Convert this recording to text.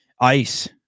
Ice